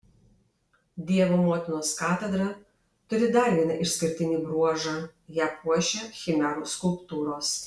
dievo motinos katedra turi dar vieną išskirtinį bruožą ją puošia chimerų skulptūros